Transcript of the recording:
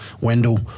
Wendell